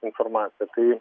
informacija kai